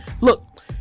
Look